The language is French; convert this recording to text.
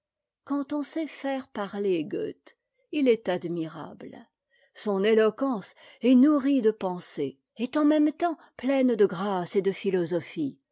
quand on sait faire parler goethe il est admirable son éloquence est nourrie de pensées sa plaisanterie est en même temps pleine de grâce et de philosophie